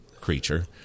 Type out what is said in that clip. creature